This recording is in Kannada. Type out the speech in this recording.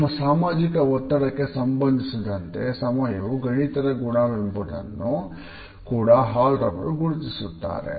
ನಮ್ಮ ಸಾಮಾಜಿಕ ಒತ್ತಡಕ್ಕೆ ಸಂಬಂಧಿಸಿದಂತೆ ಸಮಯವು ಗಣಿತದ ಗುಣವೆಂಬುದನ್ನು ಕೂಡ ಹಾಲ್ ರವರು ಗುರುತಿಸುತ್ತಾರೆ